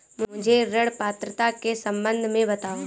मुझे ऋण पात्रता के सम्बन्ध में बताओ?